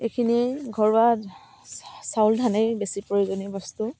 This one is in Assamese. এইখিনিয়েই ঘৰুৱা চা চাউল ধানেই বেছি প্ৰয়োজনীয় বস্তু